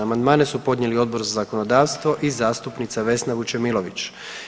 Amandmane su podnijeli Odbor za zakonodavstvo i zastupnica Vesna Vučemilović.